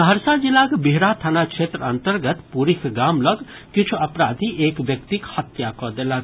सहरसा जिलाक बिहरा थाना क्षेत्र अंतर्गत पुरीख गाम लग किछु अपराधी एक व्यक्तिक हत्या कऽ देलक